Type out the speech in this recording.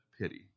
pity